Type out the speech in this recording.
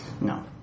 No